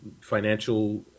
financial